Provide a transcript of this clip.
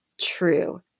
true